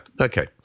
okay